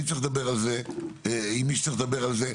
אני צריך לדבר על זה עם מי שצריך לדבר על זה.